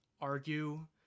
argue